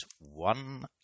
one